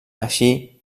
així